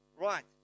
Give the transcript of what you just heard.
Right